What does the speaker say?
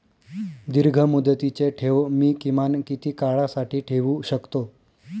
दीर्घमुदतीचे ठेव मी किमान किती काळासाठी ठेवू शकतो?